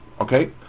Okay